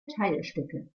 teilstücke